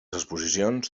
exposicions